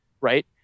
right